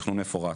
תכנון מפורט,